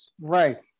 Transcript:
right